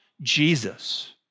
Jesus